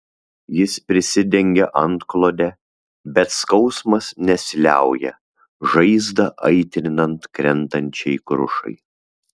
jis prisidengia antklode bet skausmas nesiliauja žaizdą aitrinant krentančiai krušai